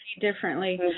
differently